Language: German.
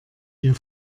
wir